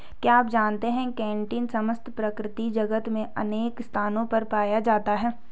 क्या आप जानते है काइटिन समस्त प्रकृति जगत में अनेक स्थानों पर पाया जाता है?